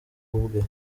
ubwe